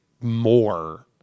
more